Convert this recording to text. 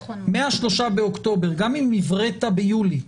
מה-3 באוקטובר, גם אם הבראת ביולי,